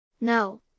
No